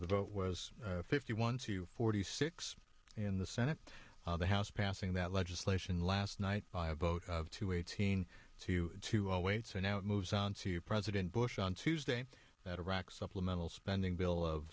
the vote was fifty one to forty six in the senate the house passing that legislation last night by a vote of two eighteen two to all wait so now it moves on to president bush on tuesday that iraq supplemental spending bill of